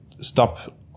stop